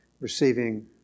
receiving